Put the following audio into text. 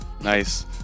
Nice